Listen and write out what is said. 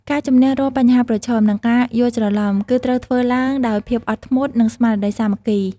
ការជម្នះរាល់បញ្ហាប្រឈម និងការយល់ច្រឡំ គឺត្រូវធ្វើឡើងដោយភាពអត់ធ្មត់ និងស្មារតីសាមគ្គី។